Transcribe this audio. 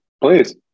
Please